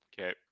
Okay